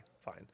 Fine